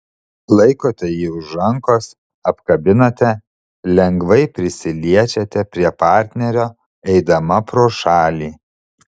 laikote jį už rankos apkabinate lengvai prisiliečiate prie partnerio eidama pro šalį